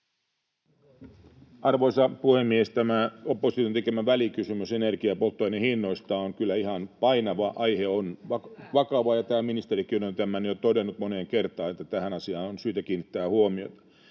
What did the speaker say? Arvoisa puhemies! Tämä opposition tekemä välikysymys energian ja polttoaineiden hinnoista on kyllä ihan painava. [Leena Meri: Hyvä, kiitos!] Aihe on vakava, ja täällä ministerikin on jo todennut moneen kertaan, että tähän asiaan on syytä kiinnittää huomiota.